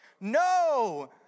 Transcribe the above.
No